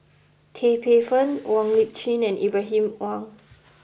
Tan Paey Fern Wong Lip Chin and Ibrahim Awang